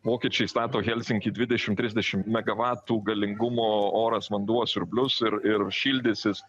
vokiečiai stato helsinkį dvidešimt trisdešimt megavatų galingumo oras vanduo siurblius ir ir šildysis